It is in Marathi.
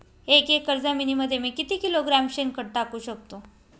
एक एकर जमिनीमध्ये मी किती किलोग्रॅम शेणखत टाकू शकतो?